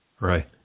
Right